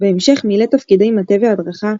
בהמשך מילא תפקידי מטה והדרכה,